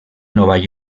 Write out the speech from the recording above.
nova